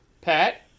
Pat